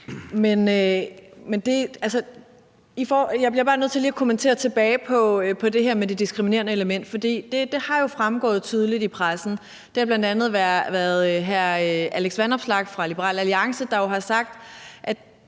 Jeg bliver bare nødt til lige at kommentere det her med det diskriminerende element, for det har jo fremgået tydeligt i pressen. Det har bl.a. været hr. Alex Vanopslagh fra Liberal Alliance, der jo har sagt,